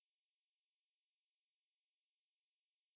how much is the pay is it high